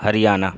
Haryana